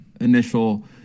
initial